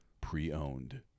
pre-owned